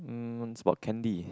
mm it's about candy